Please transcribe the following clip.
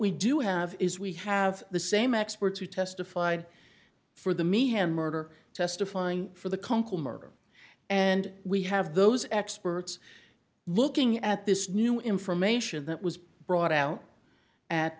we do have is we have the same experts who testified for the me hand murder testifying for the come and we have those experts looking at this new information that was brought out at